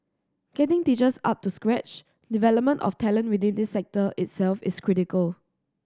getting teachers up to scratch development of talent within this sector itself is critical